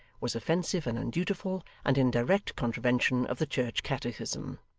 was offensive and undutiful, and in direct contravention of the church catechism.